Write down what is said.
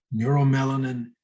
neuromelanin